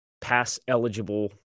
pass-eligible